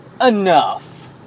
enough